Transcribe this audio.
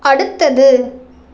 அடுத்தது